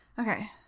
Okay